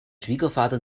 schwiegervater